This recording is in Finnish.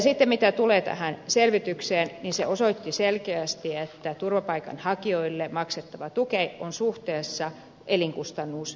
sitten mitä tulee tähän selvitykseen niin se osoitti selkeästi että turvapaikanhakijoille maksettava tuki on suhteessa elinkustannuksiin